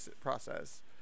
process